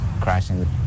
crashing